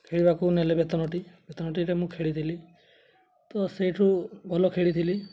ଖେଳିବାକୁ ନେଲେ ବେତନଠି ବେତନଠିରେ ମୁଁ ଖେଳିଥିଲି ତ ସେଇଠୁ ଭଲ ଖେଳିଥିଲି